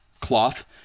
cloth